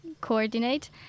coordinate